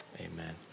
amen